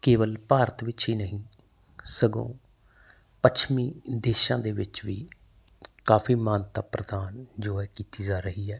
ਕੇਵਲ ਭਾਰਤ ਵਿੱਚ ਹੀ ਨਹੀਂ ਸਗੋਂ ਪੱਛਮੀ ਦੇਸ਼ਾਂ ਦੇ ਵਿੱਚ ਵੀ ਕਾਫੀ ਮਾਨਤਾ ਪ੍ਰਦਾਨ ਜੋ ਹੈ ਕੀਤੀ ਜਾ ਰਹੀ ਹੈ